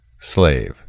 Slave